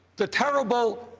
the terrible,